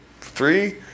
Three